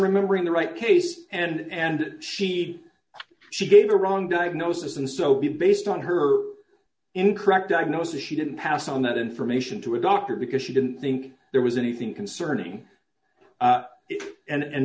remembering the right case and she she gave a wrong diagnosis and so based on her incorrect diagnosis she didn't pass on that information to a doctor because she didn't think there was anything concerning it and